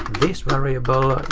this variable